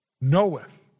knoweth